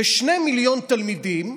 ושני מיליון תלמידים,